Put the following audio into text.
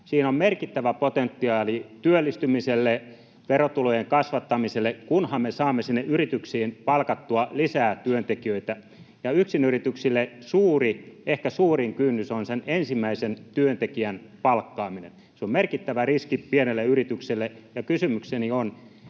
on merkittävä potentiaali työllistymiselle, verotulojen kasvattamiselle, kunhan me saamme sinne yrityksiin palkattua lisää työntekijöitä. Yksin-yrittäjille suuri, ehkä suurin kynnys on sen ensimmäisen työntekijän palkkaaminen. Se on merkittävä riski pienelle yritykselle. Kysymykseni on: